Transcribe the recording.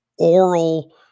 oral